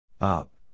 Up